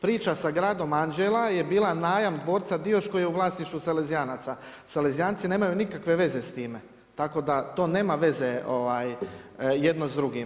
Priča sa Gradom anđela je bila najam Dvorca Dioš koji je u vlasništvu Salezijanaca, Salezijanci nemaju nikakve veze s time, tako da to nema veze jedno s drugim.